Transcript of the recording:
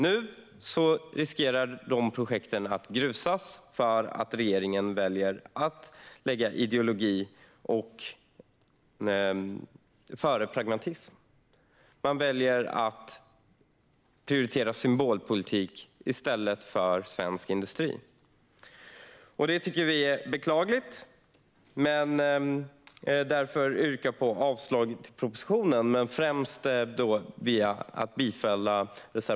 Dessa projekt riskerar nu att grusas för att regeringen väljer att sätta ideologi före pragmatism. Man väljer att prioritera symbolpolitik i stället för svensk industri, vilket är beklagligt. Jag yrkar på avslag på propositionen.